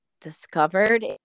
discovered